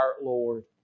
Lord